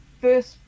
first